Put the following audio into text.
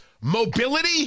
Mobility